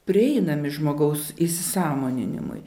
prieinami žmogaus įsisąmoninimui